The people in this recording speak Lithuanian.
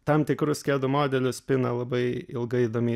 tam tikrus kedų modelius pina labai ilga įdomi